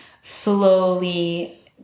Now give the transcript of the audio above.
slowly